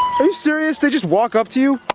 are you serious, they just walk up to you?